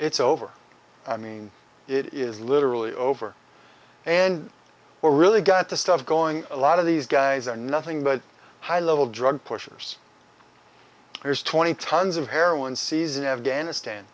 it's over i mean it is literally over and we're really got the stuff going a lot of these guys are nothing but high level drug pushers there's twenty tons of heroin sees in afghanistan